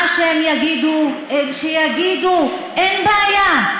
מה שהם יגידו, שיגידו, אין בעיה.